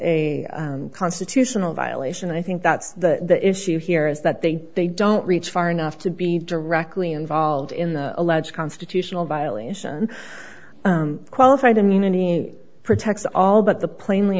a constitutional violation i think that's the issue here is that they they don't reach far enough to be directly involved in the alleged constitutional violation qualified immunity a pretext all but the plainly